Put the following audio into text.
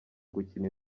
gukina